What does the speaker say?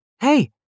Hey